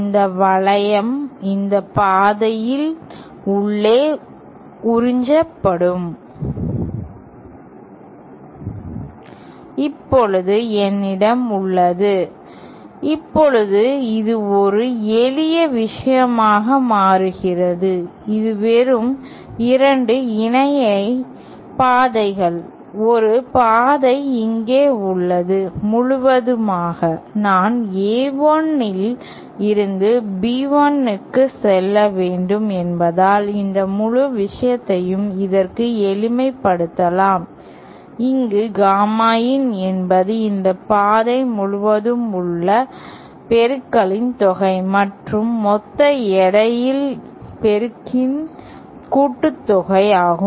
இந்த வளையம் இந்த பாதையின் உள்ளே உறிஞ்சப்படும் இப்போது என்னிடம் உள்ளது இப்போது இது ஒரு எளிய விஷயமாக மாறுகிறது இது வெறும் 2 இணை பாதைகள் ஒரு பாதை இங்கே உள்ளது முழுவதுமாக நான் A1 ல் இருந்து B1 க்கு செல்ல வேண்டும் என்பதால் இந்த முழு விஷயத்தையும் இதற்கு எளிமைப்படுத்தலாம் இங்கு காமா in என்பது இந்த பாதை முழுவதும் உள்ள பெருக்களின் தொகை மற்றும் மொத்த எடையின் பெருக்களின் கூட்டுத்தொகையாகும்